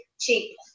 cheap